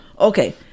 Okay